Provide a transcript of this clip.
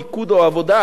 ליכוד או עבודה,